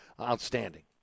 outstanding